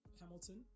Hamilton